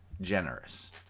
generous